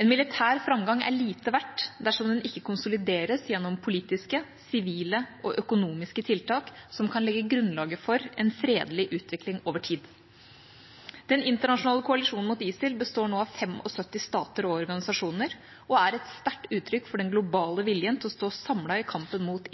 En militær framgang er lite verdt dersom den ikke konsolideres gjennom politiske, sivile og økonomiske tiltak som kan legge grunnlaget for en fredelig utvikling over tid. Den internasjonale koalisjonen mot ISIL består nå av 75 stater og organisasjoner og er et sterkt uttrykk for den globale viljen til å stå samlet i kampen mot